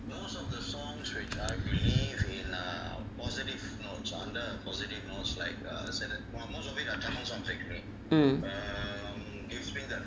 mm